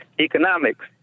economics